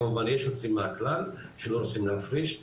כמובן יש יוצאים מהכלל שלא רוצים להפריש,